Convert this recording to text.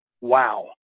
Wow